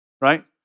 right